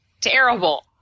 terrible